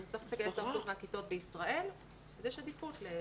הוא צריך להסתכל על הכיתות בישראל ויש עדיפות.